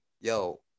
Yo